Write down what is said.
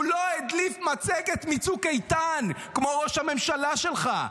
הוא לא הדליף מצגת מצוק איתן כמו ראש הממשלה שלך.